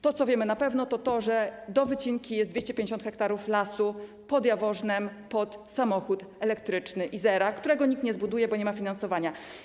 To, co wiemy na pewno, to to, że do wycinki jest 250 hektarów lasów pod Jaworznem pod samochód elektryczny Izera, którego nikt nie zbuduje, bo nie ma finansowania.